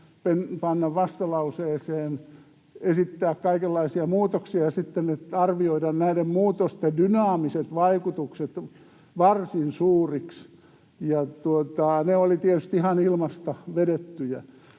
esittää vastalauseessa kaikenlaisia muutoksia ja sitten arvioida näiden muutosten dynaamiset vaikutukset varsin suuriksi, ja ne olivat tietysti ihan ilmasta vedettyjä.